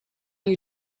you